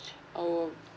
oh